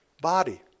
body